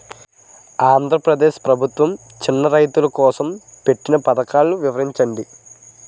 ఆంధ్రప్రదేశ్ ప్రభుత్వ చిన్నా రైతుల కోసం పెట్టిన పథకాలు వివరించండి?